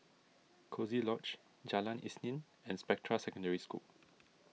Coziee Lodge Jalan Isnin and Spectra Secondary School